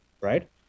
right